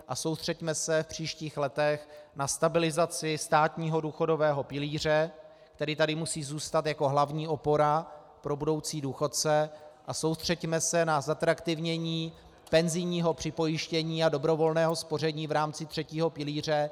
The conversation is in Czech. A soustřeďme se v příštích letech na stabilizaci státního důchodového pilíře, který tady musí zůstat jako hlavní opora pro budoucí důchodce, a soustřeďme se na zatraktivnění penzijního připojištění a dobrovolného spoření v rámci třetího pilíře.